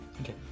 Okay